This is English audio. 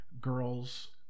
girls